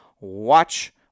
Watch